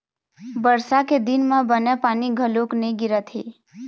बरसा के दिन म बने पानी घलोक नइ गिरत हे